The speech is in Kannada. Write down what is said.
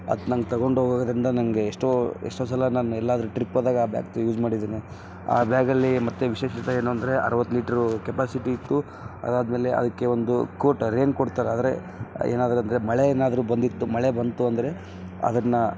ಅದು ನಂಗೆ ತಗೊಂಡೋಗೋದರಿಂದ ನನಗೆ ಎಷ್ಟೋ ಎಷ್ಟೋ ಸಲ ನಾನು ಎಲ್ಲಾದ್ರೂ ಟ್ರಿಪ್ ಹೋದಾಗ ಆ ಬ್ಯಾಗ್ ತು ಯೂಸ್ ಮಾಡಿದ್ದೀನಿ ಆ ಬ್ಯಾಗಲ್ಲಿ ಮತ್ತು ವಿಶೇಷತೆ ಏನು ಅಂದರೆ ಅರುವತ್ತು ಲೀಟ್ರು ಕೆಪಾಸಿಟಿ ಇತ್ತು ಅದಾದ ಮೇಲೆ ಅದಕ್ಕೆ ಒಂದು ಕೋಟ ರೇನ್ಕೋಟ್ ಥರ ಅಂದರೆ ಏನಾದ್ರೂ ಅಂದರೆ ಮಳೆ ಏನಾದ್ರೂ ಬಂದಿತ್ತು ಮಳೆ ಬಂತು ಅಂದರೆ ಅದನ್ನು